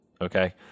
okay